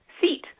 seat